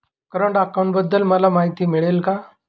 Current अकाउंटबद्दल मला माहिती मिळेल का?